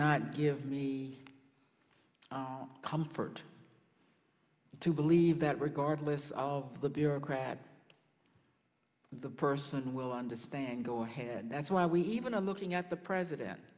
not give me comfort to believe that regardless of the bureaucrat the person will understand go ahead that's why we even are looking at the president